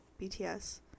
BTS